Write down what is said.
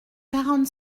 quarante